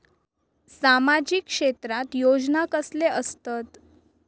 सामाजिक क्षेत्रात योजना कसले असतत?